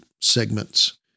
segments